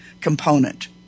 component